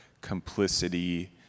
complicity